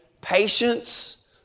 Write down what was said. patience